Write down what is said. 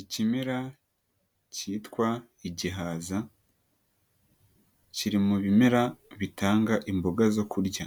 Ikimera kitwa igihaza kiri mu bimera bitanga imboga zo kurya,